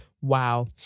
Wow